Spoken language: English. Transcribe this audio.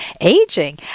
aging